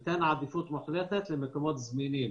אנחנו ניתן עדיפות מוחלטת למקומות זמינים,